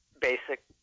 basic